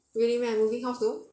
really meh I moving house though